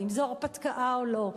האם זו הרפתקה או לא,